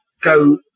go